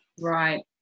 Right